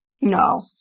No